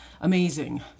Amazing